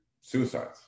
suicides